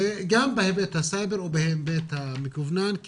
גם בהיבט הסייבר או בהיבט המקוונן,